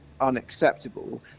unacceptable